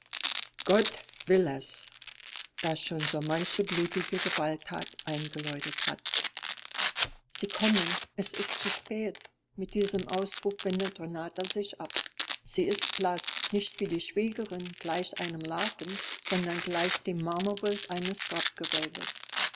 gott will es das schon so manche blutige gewalttat eingeläutet hat sie kommen es ist zu spät mit diesem ausruf wendet renata sich ab sie ist blaß nicht wie die schwägerin gleich einem laken sondern gleich dem marmorbild eines